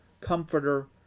comforter